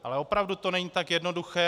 Ale opravdu to není tak jednoduché.